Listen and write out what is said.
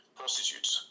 prostitutes